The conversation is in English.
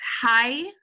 hi